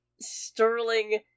sterling